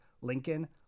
Lincoln